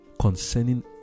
concerning